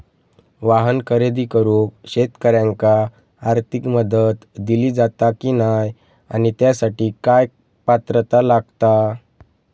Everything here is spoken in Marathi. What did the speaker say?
वाहन खरेदी करूक शेतकऱ्यांका आर्थिक मदत दिली जाता की नाय आणि त्यासाठी काय पात्रता लागता?